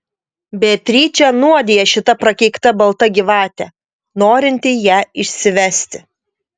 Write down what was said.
beatričę nuodija šita prakeikta balta gyvatė norinti ją išsivesti